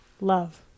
love